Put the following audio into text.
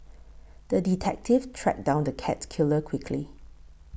the detective tracked down the cat killer quickly